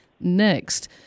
next